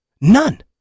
None